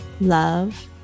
Love